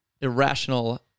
irrational